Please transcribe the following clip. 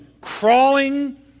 crawling